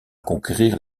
conquérir